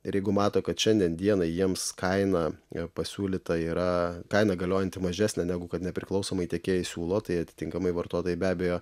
ir jeigu mato kad šiandien dienai jiems kaina pasiūlyta yra kaina galiojanti mažesnė negu kad nepriklausomai tiekėjai siūlo tai atitinkamai vartotojai be abejo